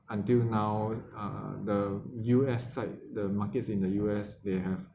until now uh the U_S side the markets in the U_S they have